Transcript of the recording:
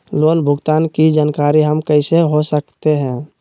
Loan भुगतान की जानकारी हम कैसे हो सकते हैं?